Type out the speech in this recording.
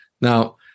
Now